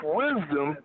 wisdom